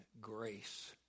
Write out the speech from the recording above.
grace